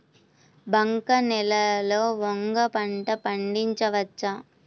బంక నేలలో వంగ పంట పండించవచ్చా?